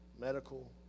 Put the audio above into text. medical